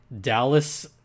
Dallas